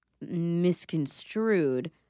misconstrued